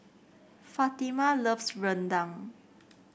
Fatima loves Rendang